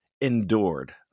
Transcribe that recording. endured